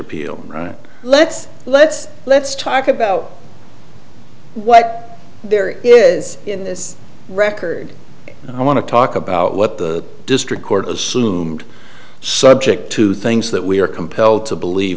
appeal let's let's let's talk about what there is in this record i want to talk about what the district court assume subject to things that we are compelled to believe